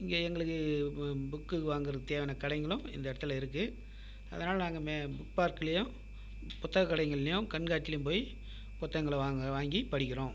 இங்கே எங்களுக்கு புக்கு வாங்கற தேவையான கடைங்களும் இந்த இடத்துல இருக்கு அதனால் நாங்கள் மே புக் பார்க்லயும் புத்தக கடைங்கள்லயும் கண்காட்சிலயும் போய் புத்தகங்களை வாங்க வாங்கி படிக்கிறோம்